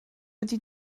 ydy